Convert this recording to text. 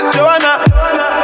Joanna